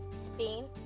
Spain